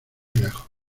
lejos